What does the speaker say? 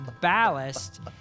ballast